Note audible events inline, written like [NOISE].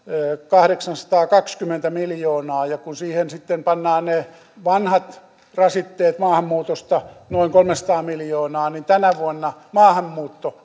kahdeksansataakaksikymmentä miljoonaa ja kun siihen sitten pannaan ne vanhat rasitteet maahanmuutosta noin kolmesataa miljoonaa niin tänä vuonna maahanmuutto [UNINTELLIGIBLE]